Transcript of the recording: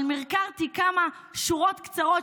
אבל מרקרתי כמה שורות קצרות,